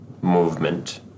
movement